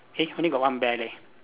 eh only got one bear leh